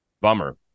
Bummer